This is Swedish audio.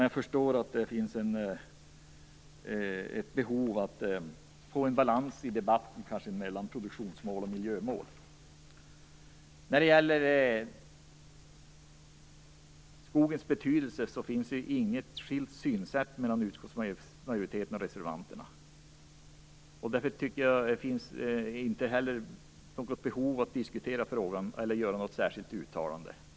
Jag förstår att det kanske finns ett behov av att få en balans i debatten mellan produktionsmål och miljömål. Vad gäller skogens betydelse skiljer sig inte utskottsmajoritetens synsätt från reservanternas. Det finns därför heller inte något behov av att diskutera frågan eller att göra något särskilt uttalande.